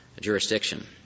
jurisdiction